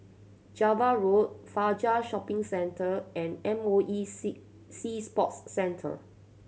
Java Road Fajar Shopping Centre and M O E Sea Sea Sports Centre